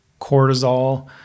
cortisol